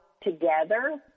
together